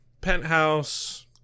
Penthouse